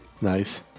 Nice